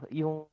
yung